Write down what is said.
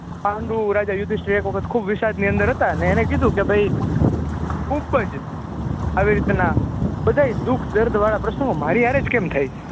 પાંડુ રાજા યુધિષ્ટિર એક વખત ખૂબ વિષાદની અંદર હતા અને એને કીધું કે ભાઈ ખૂબ જ આવી રીતના બધાય દૂુઃખ દર્દ વાળા પ્રસંગો મારી સાથે જ કેમ થાય છે